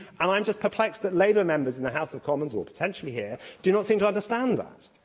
and i'm just perplexed that labour members in the house of commons, or potentially here, do not seem to understand that.